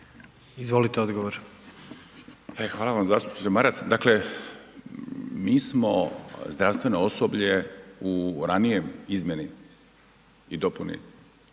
Juro** E hvala vam zastupniče Maras. Dakle, mi smo zdravstveno osoblje u ranijem izmjeni i dopuni